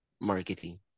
marketing